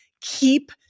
keep